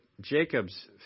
Jacob's